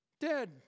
dead